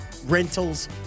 Rentals